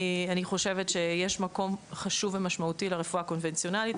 אני חושבת שיש מקום חושב ומשמעותי לרפואה הקונבנציונלית,